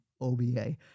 OBA